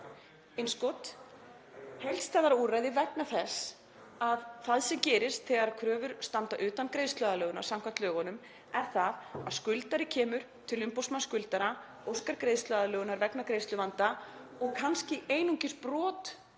úrræði.“ Heildstæðara úrræði vegna þess að það sem gerist þegar kröfur standa utan greiðsluaðlögunar samkvæmt lögunum er það að skuldari kemur til umboðsmanns skuldara, óskar greiðsluaðlögunar vegna greiðsluvanda og kannski einungis brot